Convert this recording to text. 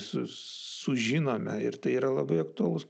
su sužinome ir tai yra labai aktualus